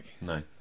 No